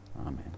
Amen